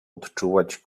odczuwać